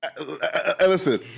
Listen